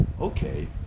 okay